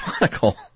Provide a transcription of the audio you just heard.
monocle